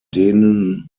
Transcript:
denen